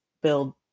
build